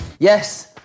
Yes